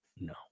no